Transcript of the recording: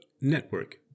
network